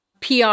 PR